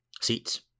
seats